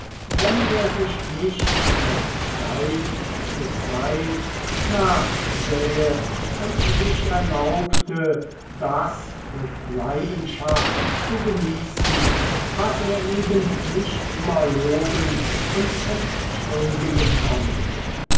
wenn er sich nicht von zeit zu zeit nachsähe und sich erlaubte das mit leidenschaft zu genießen was er eben nicht immer loben und entschuldigen konnte